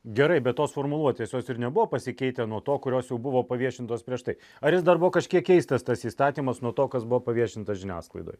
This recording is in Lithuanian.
gerai bet tos formuluotės jos ir nebuvo pasikeitę nuo to kurios jau buvo paviešintos prieš tai ar jis dar buvo kažkiek keistas tas įstatymas nuo to kas buvo paviešinta žiniasklaidoj